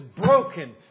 broken